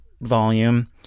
volume